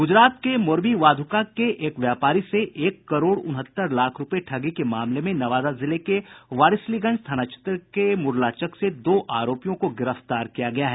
गूजरात के मोरबी वाध्का के एक व्यापारी से एक करोड़ उनहत्तर लाख रूपये ठगी के मामले में नवादा जिले के वारिसलीगंज थाना क्षेत्र के मुरला चक से दो आरोपियों को गिरफ्तार किया गया है